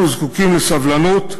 אנחנו זקוקים לסבלנות,